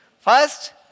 First